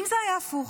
אם זה היה הפוך